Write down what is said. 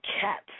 cats